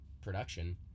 production